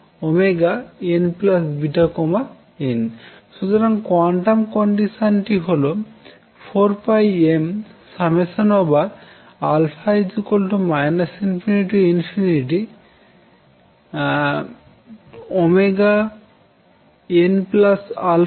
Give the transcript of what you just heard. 2nβn সুতরাং কোয়ান্টাম কন্ডিশনটি হল 4πmα ∞nαn